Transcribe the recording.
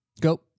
Go